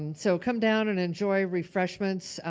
so come down and enjoy refreshments,